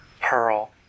Pearl